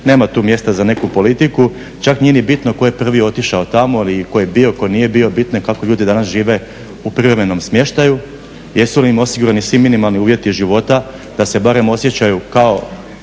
nema tu mjesta za neku politiku. Čak nije ni bitno tko je prvi otišao tamo ili tko je bio, tko nije bio, bitno je kako ljudi danas žive u privremenom smještaju, jesu li im osigurani svi minimalni uvjeti života da se barem osjećaju kao